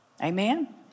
Amen